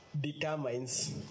determines